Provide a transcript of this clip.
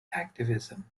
activism